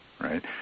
right